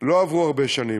לא עברו הרבה שנים,